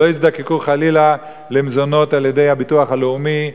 שלא יזדקקו חלילה למזונות על-ידי הביטוח הלאומי,